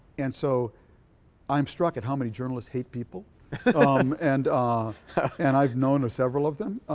and so i'm struck at how many journalists hate people and ah and i've known several of them,